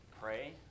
pray